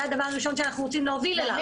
הדבר הראשון שאנחנו רוצים להוביל אליו.